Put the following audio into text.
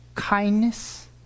Kindness